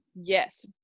yes